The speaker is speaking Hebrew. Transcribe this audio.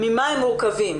ממה הם מורכבים.